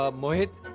um mohit.